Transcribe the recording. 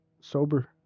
Sober